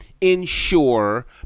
ensure